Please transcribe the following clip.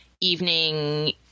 evening